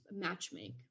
matchmake